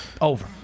Over